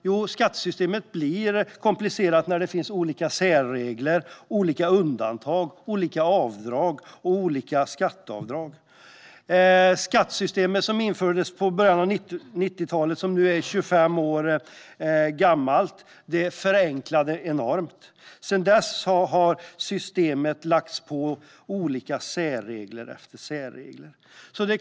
Jo, skattesystemet kompliceras av olika särregler, undantag, avdrag och skatteavdrag. Skattesystemet, som infördes i början av 90-talet och nu är 25 år gammalt, förenklade enormt. Sedan dess har i systemet lagts på särregler efter särregler.